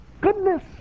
goodness